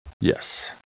Yes